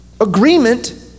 Agreement